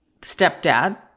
stepdad